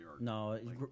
No